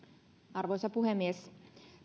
arvoisa puhemies